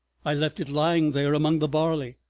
i left it lying there among the barley.